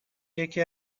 یکی